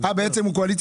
עם כל המרץ